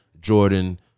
Jordan